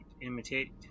Imitate